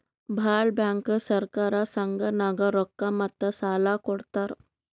ಭಾಳ್ ಬ್ಯಾಂಕ್ ಸಹಕಾರ ಸಂಘನಾಗ್ ರೊಕ್ಕಾ ಮತ್ತ ಸಾಲಾ ಕೊಡ್ತಾರ್